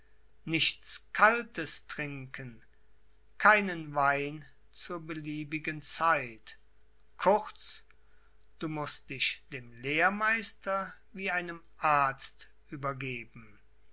nichts kaltes trinken keinen wein zur beliebigen zeit kurz du mußt dich dem lehrmeister wie einem arzt übergeben